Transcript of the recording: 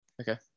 Okay